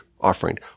offering